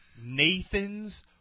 Nathan's